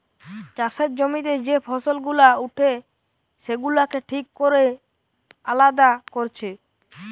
চাষের জমিতে যে ফসল গুলা উঠে সেগুলাকে ঠিক কোরে আলাদা কোরছে